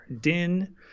Din